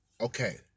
Okay